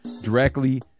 directly